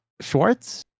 Schwartz